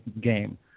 game